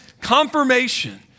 confirmation